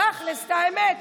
תכלס, את האמת.